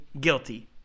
Guilty